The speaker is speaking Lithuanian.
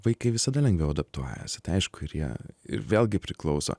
vaikai visada lengviau adaptuojasi tai aišku ir jie ir vėlgi priklauso